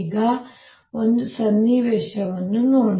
ಈಗ ಒಂದು ಸನ್ನಿವೇಶವನ್ನು ನೋಡಿ